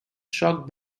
shocked